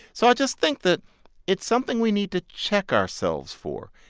so i just think that it's something we need to check ourselves for.